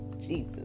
Jesus